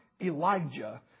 Elijah